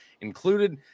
included